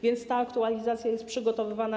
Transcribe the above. Więc ta aktualizacja jest przygotowywana.